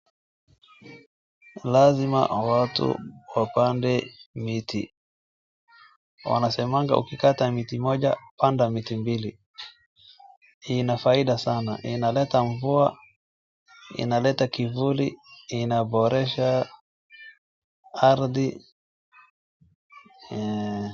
Lazima watu wapande miti, wanasemanga ukikata miti Moja panda miti mbili ina faida sana inaleta mvua, inaleta kivuli, inaboresha ardhi eeh.